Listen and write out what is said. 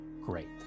great